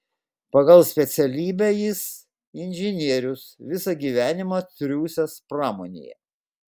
pagal specialybę jis inžinierius visą gyvenimą triūsęs pramonėje